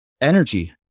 energy